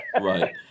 right